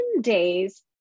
days